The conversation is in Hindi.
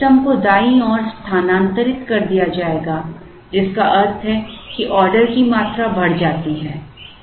तो इष्टतम को दाईं ओर स्थानांतरित कर दिया जाएगा जिसका अर्थ है कि ऑर्डर की मात्रा बढ़ जाती है